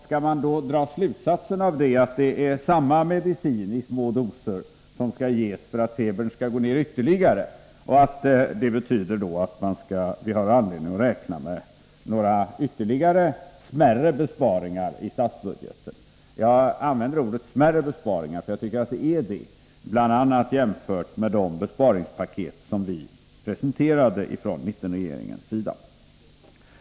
Skall man då dra slutsatsen att det är samma medicin i små doser som skall ges för att febern skall gå ner ytterligare och att det betyder att vi har anledning att räkna med ytterligare några smärre besparingar i statsbudgeten? Jag använder ordet smärre, för jag tycker att det är smärre besparingar, bl.a. jämfört med de besparingspaket vi presenterade från mittenregeringens sida.